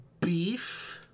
beef